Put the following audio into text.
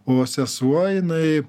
o sesuo jinai